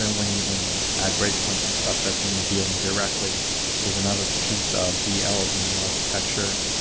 and when you when you add break points and stuff, that's when you're dealing directly with another piece of the ah llvm yeah um architecture.